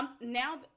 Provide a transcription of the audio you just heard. now